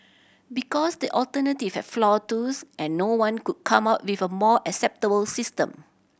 because the alternative have flaw too and no one could come up with a more acceptable system